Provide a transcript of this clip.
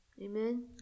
Amen